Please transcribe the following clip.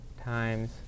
times